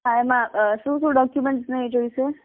હા એમાં શું શું ડોક્યુમેન્ટ્સ ને એ જોઇશે